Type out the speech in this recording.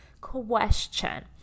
question